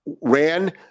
ran